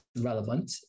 relevant